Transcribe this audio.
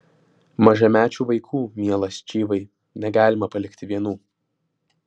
mažamečių vaikų mielas čyvai negalima palikti vienų